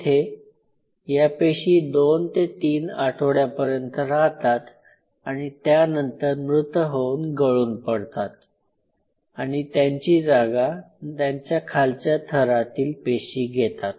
तेथे या पेशी २ ते ३ आठवड्यांपर्यंत राहतात आणि त्यानंतर मृत होऊन गळून पडतात आणि त्यांची जागा त्यांच्या खालच्या थरातील पेशी घेतात